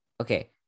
Okay